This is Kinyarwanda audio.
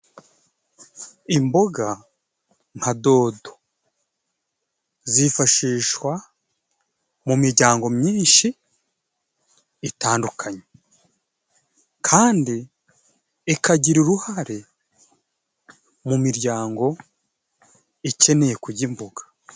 Imboga nka dodo zifashishwa mu miryango myinshi itandukanye kandi ikagira uruhare mu miryango ikeneye kurya imboga.